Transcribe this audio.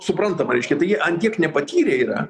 suprantama reiškia tai jie ant tiek nepatyrę yra